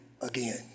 again